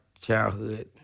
childhood